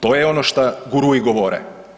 To je ono šta gurui govore.